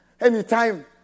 Anytime